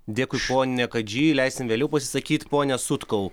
dėkui pone kadžy leisim vėliau pasisakyt pone sutkau